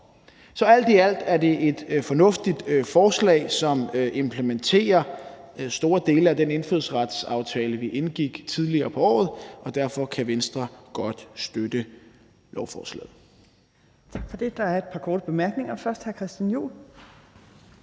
Så alt i alt er det et fornuftigt forslag, som implementerer store dele af den indfødsretsaftale, vi indgik tidligere på året. Derfor kan Venstre godt støtte lovforslaget.